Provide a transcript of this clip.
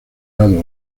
lado